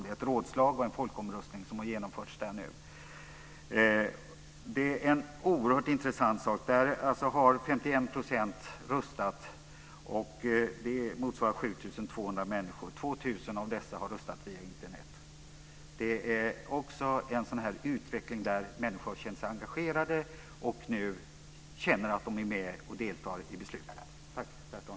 Det är ett rådslag och en folkomröstning som har genomförts där nu. Detta är oerhört intressant. 2 000 av dessa har röstat via Internet. Det är en utveckling där människor har känt sig engagerade och nu känner att de är med och deltar i besluten.